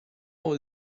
oil